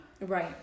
Right